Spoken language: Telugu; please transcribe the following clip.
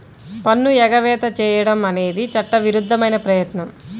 పన్ను ఎగవేత చేయడం అనేది చట్టవిరుద్ధమైన ప్రయత్నం